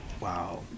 Wow